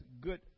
good